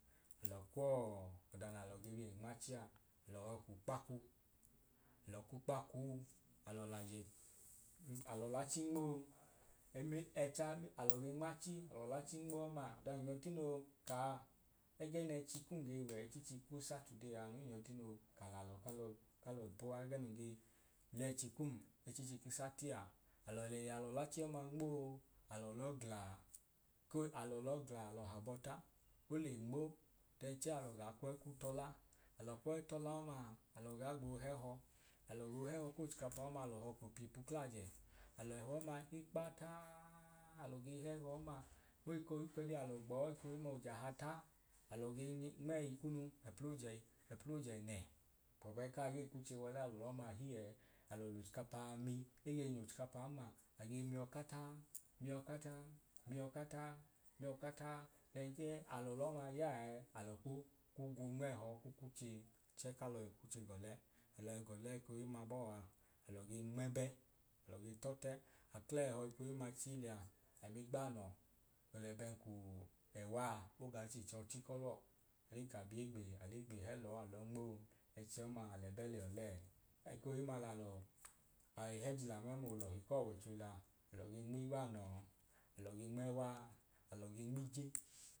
Alọ kwọọ ọda nalọ ge bi gei nm’achi a alọ họọ k’ukpakwu, alọ k’ukpakwuu alo l’ajẹ alọ l’achi nmoo… alọ ge nm’achi alọ l’achi nmo ọmaa ọda nun yọi tino yọi kaa ẹgẹ n’ẹchi kum ge wẹ ichichi k’usatudee aa anu nun yọi tino ka lalọ kalọi poa, ẹgẹ nun ge l’ẹchi kum ichichi k’usati aa alọ leyẹ alọ l’achi ọma nmoo alọ lọ glaa ko alọ lọ gla alọ habọọ ta ole nmo then chẹẹ alọ gai kwọi kwu t’ọla, alọ kwọi t’ọla ọmaa alọ gaa gboo hẹhọ, alo gboo hẹhọ k’ochikapa ọmaa alọ họọ k’opiipu klaje, alẹhọ ọma hi kpataaaa alọ ge hẹhọ ọma oi kohi alọ gboo ekohimma oj ’ahata alọ ge nmẹyi kunu ẹpl’ojẹ ẹpl’ojẹnẹ gbọbu ẹẹkaa gee kuche w’olẹ a alẹhọ ọma hi ẹẹ, alọ l’oskapa mi ege ny’oskapan ma, age mio kataa, mio kataa mio kataa mio kataa then chẹẹ alọ l’ọma ya ẹẹ alọ ku kugwu nm’ẹhọ ku kuche chẹẹ kalọi kuche g’ọle. Alọi g’ọle ekohimma bọọa alọ ge nm’ebe alo ge t’otẹ, aklẹhọ ekohimma chii lẹya ami gbanọ lẹbẹn ku ewa a ogaa chichọchi k’ọluwọ ọdin ka bi egbe al’egbe hẹ lọọ alọ nmoo ẹchi ọmaa al’ẹbẹ lẹ ọlẹẹ. Ekohimma na lọọ ai hẹjila mẹml’olọhi k’ọwọicho lẹyaa alọ ge nm’igbaanọ alọ ge nm’ẹwa alọ ge nm’ije